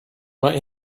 right